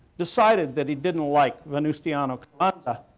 decided that he didn't like venustiano but